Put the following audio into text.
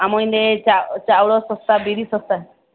ଆମ ଏଇନେ ଚାଉଳ ଶସ୍ତା ବିରି ଶସ୍ତା